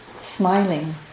smiling